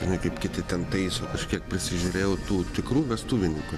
žinai kaip kiti ten taiso kažkiek pasižiūrėjau tų tikrų vestuvininkų